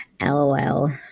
LOL